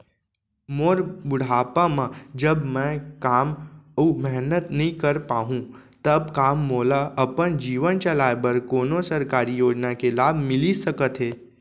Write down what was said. मोर बुढ़ापा मा जब मैं काम अऊ मेहनत नई कर पाहू तब का मोला अपन जीवन चलाए बर कोनो सरकारी योजना के लाभ मिलिस सकत हे?